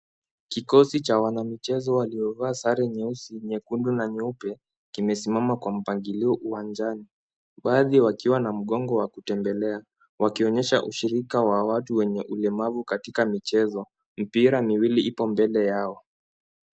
Kikosi cha wanamichezo waliovaa sare nyeusi nyekundu na nyeupe kimesimama kwa mpangilio uwanjani, baadhi wakiwa na mgongo wa kutembelea wakionyesha ushirika wa watu wenye ulemavu katika michezo. Mipira miwili ipo mbele yao.